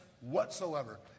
whatsoever